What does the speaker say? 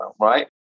right